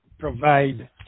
provide